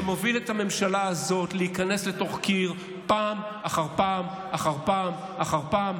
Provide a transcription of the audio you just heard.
שמוביל את הממשלה הזאת להיכנס לתוך קיר פעם אחר פעם אחר פעם אחר פעם,